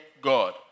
God